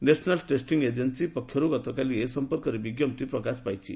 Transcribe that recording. national testing agency ପକ୍ଷରୁ ଗତକାଲି ଏ ସଂପର୍କରେ ବିଜ୍ଞପ୍ତି ପ୍ରକାଶ ପାଇଛି